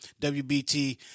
WBT